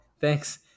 Thanks